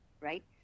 right